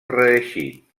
reeixit